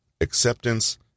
acceptance